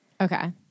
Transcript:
Okay